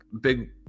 big